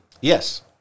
Yes